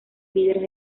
líderes